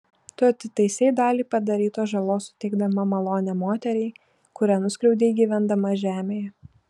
tu atitaisei dalį padarytos žalos suteikdama malonę moteriai kurią nuskriaudei gyvendama žemėje